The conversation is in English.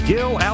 Gil